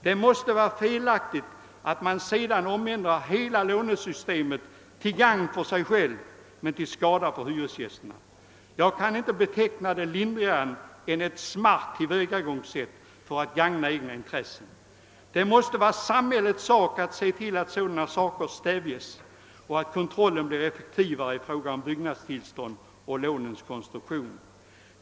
Det måste vara felaktigt att de sedan ändrar hela lånesystemet till gagn för sig själva men till skada för hyresgästerna. Jag kan inte beteckna det lindrigare än som ett smart tillvägagångssätt för att gagna egna intressen. Det måste vara samhällets sak att se till att sådant stävjes och att kontrollen blir effektivare i fråga om byggnadstillstånd och lånens konstruktion.